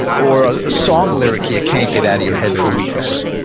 or a song lyric you can't get out of your head for weeks.